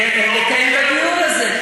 נקיים את הדיון הזה.